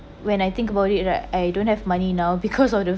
when I think about it right I don't have money now because of the